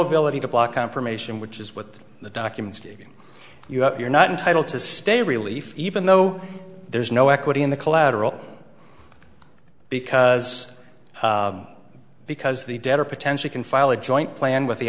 ability to block confirmation which is what the documents you have you're not entitled to stay relief even though there's no equity in the collateral because because the debtor potentially can file a joint plan with the